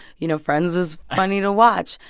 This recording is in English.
you know, friends was funny to watch.